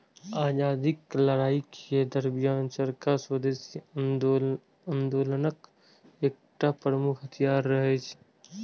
आजादीक लड़ाइ के दरमियान चरखा स्वदेशी आंदोलनक एकटा प्रमुख हथियार रहै